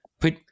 put